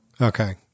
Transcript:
Okay